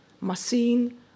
machine